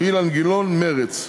אילן גילאון, מרצ.